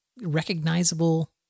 recognizable